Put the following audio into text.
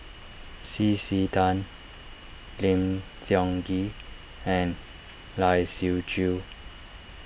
C C Tan Lim Tiong Ghee and Lai Siu Chiu